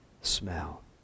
smell